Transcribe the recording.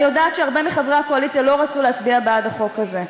אני יודעת שהרבה מחברי הקואליציה לא רצו להצביע בעד החוק הזה,